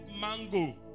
mango